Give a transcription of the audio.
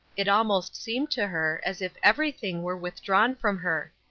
it almost seemed to her as if everything were withdrawn from her.